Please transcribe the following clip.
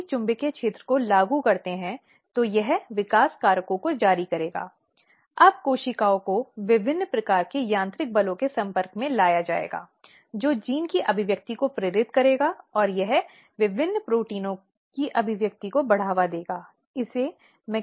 अब रिपोर्ट को बहुत स्पष्ट होना चाहिए यह शिकायत के पहलू को स्पष्ट रूप से निर्धारित करना चाहिए जो आवश्यक बयान दस्तावेजों का पालन किया गया है जो कि जानकारी का विश्लेषण दर्ज किया गया है जो आईसीसी को खोजने के अंतिम रूप से सिफारिशों पर आया है